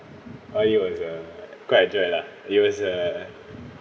uh it was a quite a dread lah it was uh